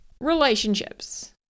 relationships